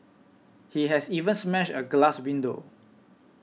he has even smashed a glass window